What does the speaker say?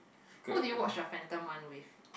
who do you watch the Phantom one with